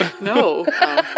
No